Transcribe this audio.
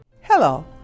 Hello